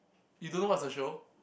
you don't know what's the show